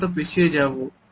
সম্ভবত পিছিয়ে যাব